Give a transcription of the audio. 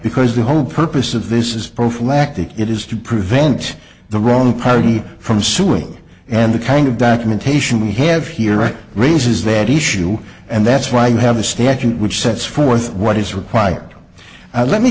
because the whole purpose of this is prophylactic it is to prevent the wrong party from suing and the kind of documentation we have here right raises red issue and that's why you have a statute which sets forth what is required i let me